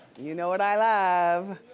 you know what i love.